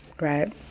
right